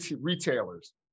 retailers